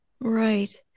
Right